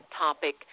topic